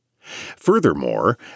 Furthermore